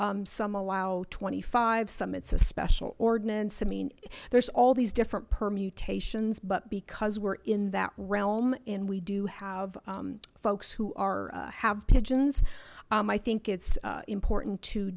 some allow twenty five some it's a special ordinance i mean there's all these different permutations but because we're in that realm and we do have folks who are have pigeons i think it's important to